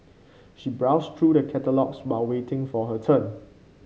she browsed through the catalogues while waiting for her turn